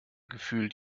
gefühlt